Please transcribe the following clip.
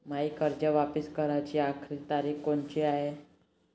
मायी कर्ज वापिस कराची आखरी तारीख कोनची हाय?